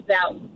out